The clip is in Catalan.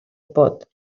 pot